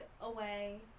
away